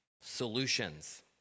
solutions